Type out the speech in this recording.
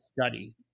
study